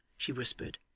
she whispered,